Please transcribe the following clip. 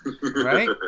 Right